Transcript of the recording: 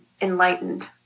enlightened